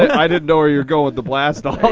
i didn't know where you were going with the blast-all.